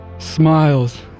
Smiles